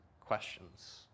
questions